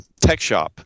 TechShop